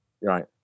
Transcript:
Right